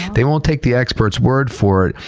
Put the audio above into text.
they won't take the expert's word for it,